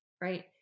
right